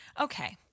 Okay